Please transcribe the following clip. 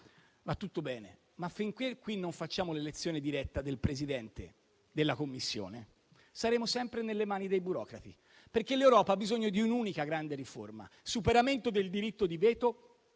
ma finché qui non facciamo l'elezione diretta del Presidente della Commissione, saremo sempre nelle mani dei burocrati, perché l'Europa ha bisogno di un'unica grande riforma, ovvero il superamento del diritto di veto,